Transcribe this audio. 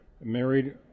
married